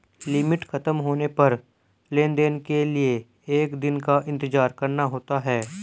limit खत्म होने पर लेन देन के लिए एक दिन का इंतजार करना होता है